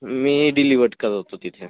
मी delivered करतो तिथे